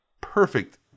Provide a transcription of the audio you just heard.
perfect